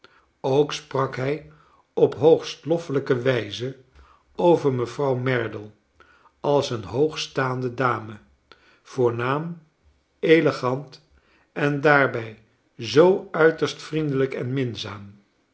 ook sprak hij op hoogst loffelijke wijze over mevrouw merdle als een hoogstaande dame voornaam elegant on daarbij zoo uiterst vriendelijk en minzaam